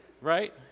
right